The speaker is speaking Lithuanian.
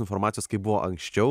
informacijos kaip buvo anksčiau